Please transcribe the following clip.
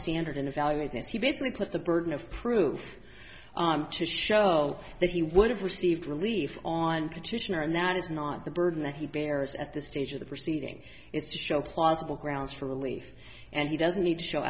standard and evaluate this he basically put the burden of proof to show that he would have received relief on petitioner and that is not the burden that he bears at this stage of the proceeding is to show plausible grounds for relief and he doesn't need to show